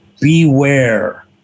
Beware